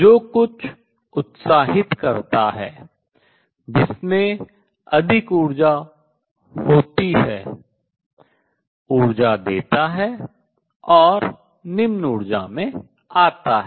जो कुछ उत्साहित करता है जिसमें अधिक ऊर्जा होती है ऊर्जा देता है और निम्न ऊर्जा में आता है